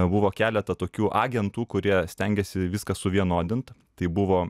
buvo keletą tokių agentų kurie stengėsi viską suvienodint tai buvo